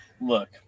look